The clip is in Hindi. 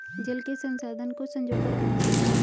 जल के संसाधन को संजो कर रखना चाहिए